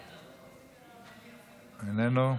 איננו.